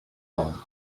game